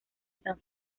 san